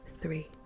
three